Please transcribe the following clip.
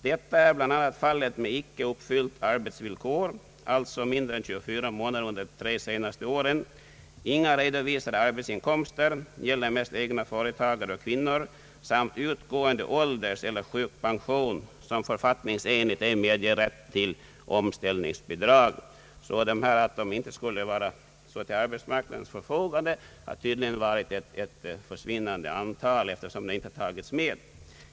Detta är bl.a. fallet med icke uppfyllt arbetsvillkor , inga redovisade arbetsinkomster samt utgående ålderseller sjukpension, som författningsmässigt ej medger rätt till omställningsbidrag.» De som fått avslag på grund av att de inte stått till arbetsmarknadens förfogande har tydligen varit ett försvinnande litet fåtal, eftersom den gruppen inte blivit omnämnd i artikeln.